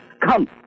come